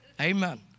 Amen